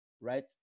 right